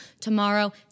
Tomorrow